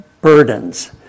burdens